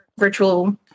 virtual